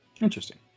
interesting